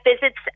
visits